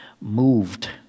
moved